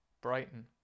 Brighton